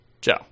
Joe